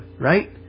right